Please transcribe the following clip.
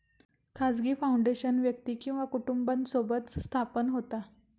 खाजगी फाउंडेशन व्यक्ती किंवा कुटुंबासोबत स्थापन होता